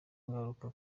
ngaruka